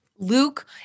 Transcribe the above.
Luke